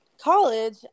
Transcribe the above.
college